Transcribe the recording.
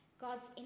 God's